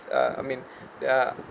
uh I mean their